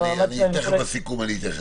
המעמד שלהם בהחלט --- תכף בסיכום אתייחס לזה.